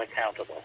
accountable